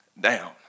Down